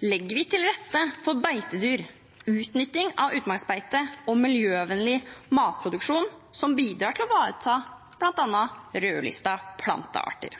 legger vi til rette for beitedyr, utnytting av utmarksbeite og miljøvennlig matproduksjon som bidrar til å ivareta bl.a. rødlistede plantearter.